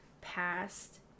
past